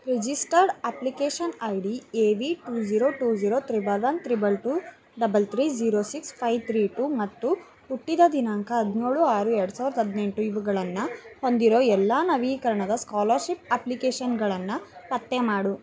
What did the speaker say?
registered application I D A V two zero two zero triple one triple two double three zero six five three two ಮತ್ತು ಹುಟ್ಟಿದ ದಿನಾಂಕ ಹದಿನೇಳು ಆರು ಎರಡು ಸಾವಿರದ ಹದಿನೆಂಟು ಇವುಗಳನ್ನು ಹೊಂದಿರೋ ಎಲ್ಲ ನವೀಕರಣದ ಸ್ಕಾಲರ್ಷಿಪ್ ಅಪ್ಲಿಕೇಷನ್ಗಳನ್ನು ಪತ್ತೆ ಮಾಡು